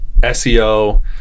SEO